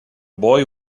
boy